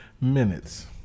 minutes